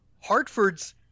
Hartford's